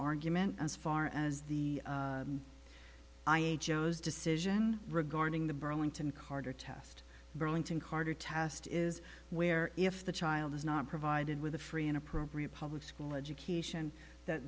argument as far as the decision regarding the burlington carter test burlington carter test is where if the child is not provided with a free and appropriate public school education that